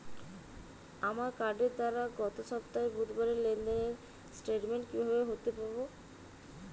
আমার কার্ডের দ্বারা গত সপ্তাহের বুধবারের লেনদেনের স্টেটমেন্ট কীভাবে হাতে পাব?